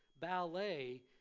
ballet